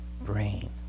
brain